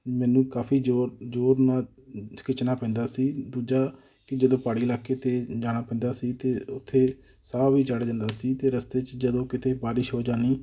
ਮੈਨੂੰ ਕਾਫ਼ੀ ਜ਼ੋਰ ਜ਼ੋਰ ਨਾਲ ਖਿੱਚਣਾ ਪੈਂਦਾ ਸੀ ਦੂਜਾ ਕਿ ਜਦੋਂ ਪਹਾੜੀ ਇਲਾਕੇ 'ਤੇ ਜਾਣਾ ਪੈਂਦਾ ਸੀ ਤਾਂ ਉੱਥੇ ਸਾਹ ਵੀ ਚੜ ਜਾਂਦਾ ਸੀ ਅਤੇ ਰਸਤੇ 'ਚ ਜਦੋਂ ਕਿਤੇ ਬਾਰਿਸ਼ ਹੋ ਜਾਣੀ